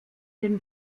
den